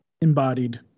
embodied